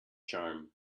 charm